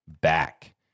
back